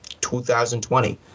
2020